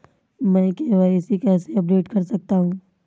मैं के.वाई.सी कैसे अपडेट कर सकता हूं?